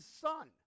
Son